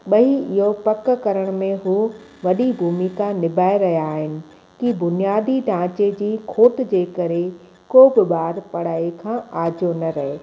भई इहो पकु करण में उहो वॾी भूमिका निभाए रहिया आहिन्नि की बुनियादी ढांचे जी खोट जे करे को बि ॿारु पढ़ाई खां आजो न रहे